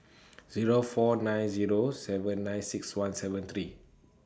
Zero four nine Zero seven nine six one seven three